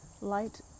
light